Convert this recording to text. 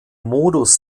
modus